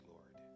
Lord